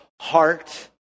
heart